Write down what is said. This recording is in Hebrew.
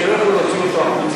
שהם לא יוכלו להוציא אותו החוצה.